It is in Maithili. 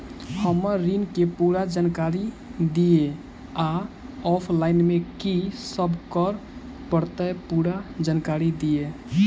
हम्मर ऋण केँ पूरा जानकारी दिय आ ऑफलाइन मे की सब करऽ पड़तै पूरा जानकारी दिय?